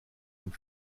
and